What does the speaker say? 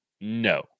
No